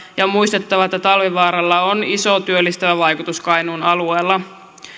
ja on muistettava että talvivaaralla on iso työllistävä vaikutus kainuun alueella